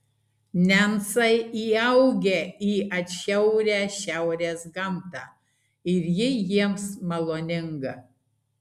nencai įaugę į atšiaurią šiaurės gamtą ir ji jiems maloninga